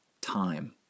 Time